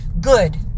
Good